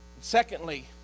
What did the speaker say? Secondly